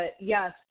yes